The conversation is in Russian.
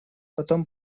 потом